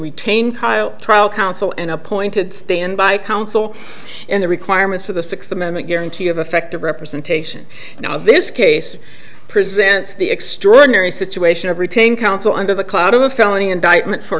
retain kyle trial counsel and appointed standby counsel in the requirements of the sixth amendment guarantee of effective representation now in this case presents the extraordinary situation of retaining counsel under the cloud of a felony indictment for